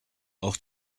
auch